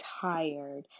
tired